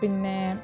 പിന്നെ